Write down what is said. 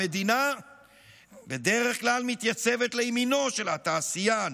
המדינה בדרך כלל מתייצבת לימינו של התעשיין,